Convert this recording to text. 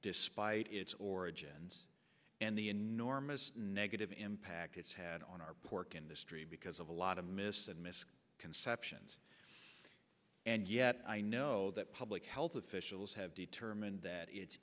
despite its origins and the enormous negative impact it's had on our pork industry because of a lot of missed and missed conceptions and yet i know that public health officials have determined that it's